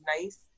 nice